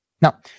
Now